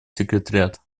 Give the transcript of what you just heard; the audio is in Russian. секретариат